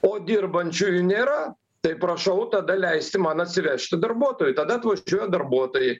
o dirbančiųjų nėra tai prašau tada leisti man atsivežti darbuotojų tada atvažiuoja darbuotojai